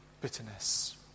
bitterness